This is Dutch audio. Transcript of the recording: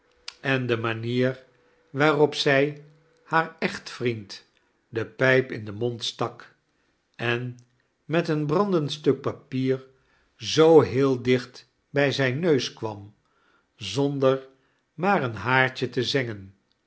en de manier waarop zij haar echfcvriend de pijp in den raond stak en met een brandend stuk papier zoo heel client bij zijn neus kwam zonder maar een haartje te zengen